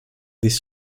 these